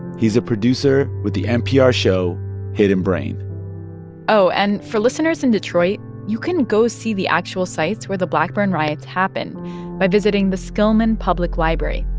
he's a producer with the npr show hidden brain oh, and for listeners in detroit, you can go see the actual sites where the blackburn riots happened by visiting the skillman public library.